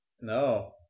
no